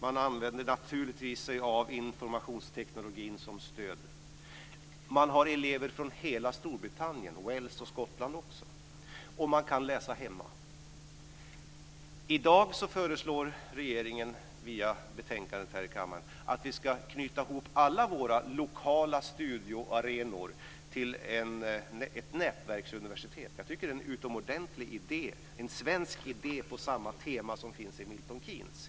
Man använder sig naturligtvis av informationstekniken som stöd. Man har elever från hela Storbritannien - också från Wales och Skottland. Eleverna kan läsa hemma. I dag föreslår regeringen via betänkandet att vi ska knyta ihop alla våra lokala studiearenor till ett nätverksuniversitet. Jag tycker att det är en utomordentlig idé. Det är en svensk idé på samma tema som det som tillämpas i Milton Keynes.